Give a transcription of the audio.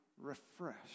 refresh